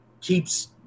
keeps